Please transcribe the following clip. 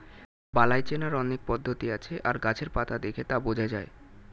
বালাই চেনার অনেক পদ্ধতি আছে আর গাছের পাতা দেখে তা বোঝা যায়